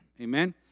Amen